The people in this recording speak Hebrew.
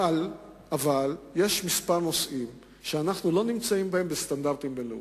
אבל יש כמה נושאים שבהם אנחנו לא עומדים בסטנדרטים בין-לאומיים.